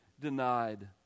denied